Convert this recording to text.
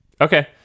okay